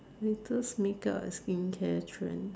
latest makeup and skincare trends